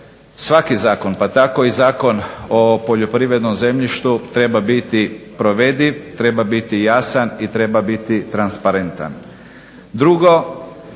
svaki zakon pa tako i Zakon o poljoprivrednom zemljištu treba biti provediv, treba biti jasan i treba biti transparentan.